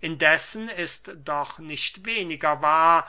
indessen ist doch nicht weniger wahr